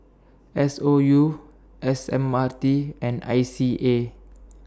S O U S M R T and I C A